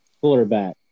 quarterback